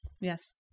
yes